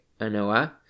anoa